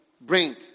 bring